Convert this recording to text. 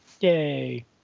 Yay